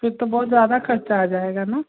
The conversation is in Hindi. फिर तो बहुत ज़्यादा ख़र्चा आ जाएगा ना